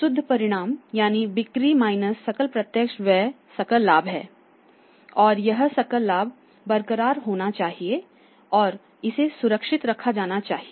तो शुद्ध परिणाम यानी बिक्री माइनस सकल प्रत्यक्ष व्यय सकल लाभ है और यह सकल लाभ बरकरार होना चाहिए और इसे सुरक्षित रखा जाना चाहिए